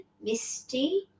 Misty